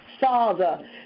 Father